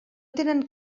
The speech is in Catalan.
tenen